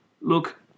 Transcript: Look